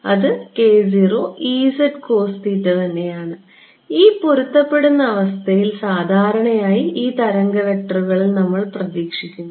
അതു തന്നെയാണ് ഈ പൊരുത്തപ്പെടുന്ന അവസ്ഥയിൽ സാധാരണയായി ഈ തരംഗ വെക്റ്ററുകൾ നമ്മൾ പ്രതീക്ഷിക്കുന്നു